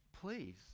please